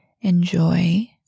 enjoy